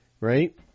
right